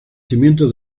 cimientos